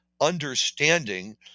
understanding